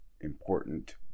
important